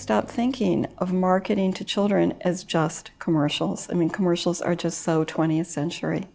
stop thinking of marketing to children as just commercials i mean commercials are just so twentieth century